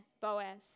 Boaz